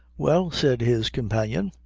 well, said his companion,